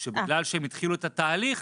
שבגלל שהם התחילו את התהליך